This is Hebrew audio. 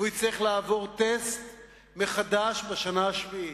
והוא יצטרך לעבור טסט מחדש בשנה השביעית.